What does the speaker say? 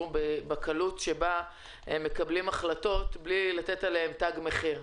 בקלות שבה מקבלים החלטות בלי לתת עליהן תג מחיר.